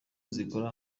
zikora